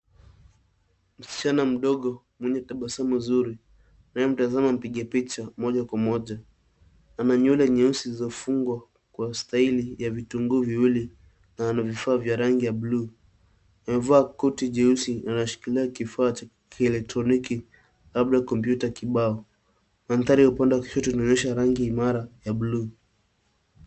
Msichana mdogo mwenye tabasamu nzuri, anayemtasama mpiga picha moja kwa moja ana nywele nyeusi zilifungwa kwa ustahili cha vituguu viwili na ana vifaa vya rangi ya bluu. Amevaa koti jeusi na anashikilia kifaa cha kieletroniki labda kompyuta kibao. Maandari ya kipande kushoto inaonyesha rangi imara ya bluu.